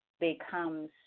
becomes